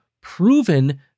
proven